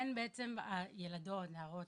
אין בעצם ילדות או נערות,